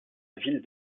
ville